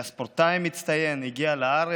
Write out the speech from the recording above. היה ספורטאי מצטיין, הגיע לארץ,